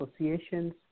Associations